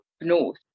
north